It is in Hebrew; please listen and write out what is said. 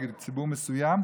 נגד ציבור מסוים,